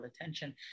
attention